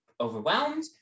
overwhelmed